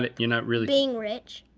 ah you're not really, being rich.